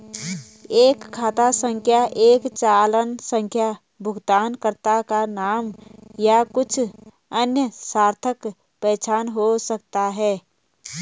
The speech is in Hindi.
एक खाता संख्या एक चालान संख्या भुगतानकर्ता का नाम या कुछ अन्य सार्थक पहचान हो सकता है